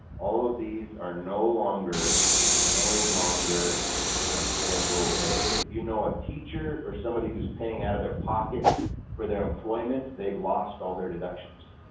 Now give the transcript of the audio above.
all of these are no longer are no longer on schedule a. if you know a teacher or somebody who's paying out of their pocket for their employment, they've lost all their deductions